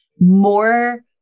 more